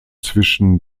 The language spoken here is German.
zwischen